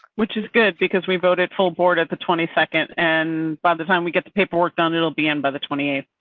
which is good because we voted full board at the twenty second and by the time we get the paperwork done, it'll be in by the twenty eight.